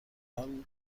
حال